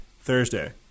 Thursday